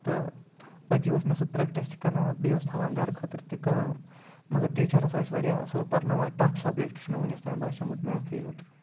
تہٕ أتی اوس مےٚ سُہ پرٛٮ۪کٹِس تہِ کَرناوان بیٚیہِ اوس تھاوان گَرٕ خٲطرٕ تہِ کٲم مگر ٹیٖچَر ہَسا ٲسۍ واریاہ اَصٕل پَرناوان ٹَف سَبجَکٹ چھِ مےٚ وُنِس تانۍ باسیومُت میتھٕے یوت